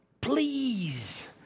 please